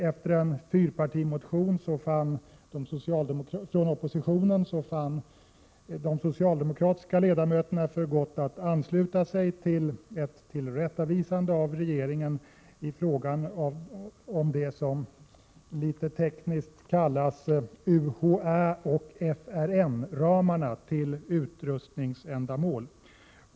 Efter en fyrpartimotion från oppositionen fann de socialdemokratiska ledamöterna för gott att ansluta sig till ett tillrättavisande av regeringen i fråga om det som litet tekniskt kallas UHÄ och FRN-ramarna för utrustningsändamål.